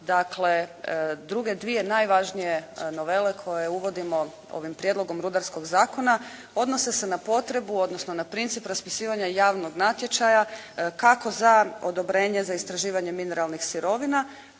dakle druge dvije najvažnije novele koje uvodimo ovim Prijedlogom rudarskog zakona odnose se na potrebu, odnosno na princip raspisivanja javnog natječaja kako za odobrenje za istraživanje mineralnih sirovina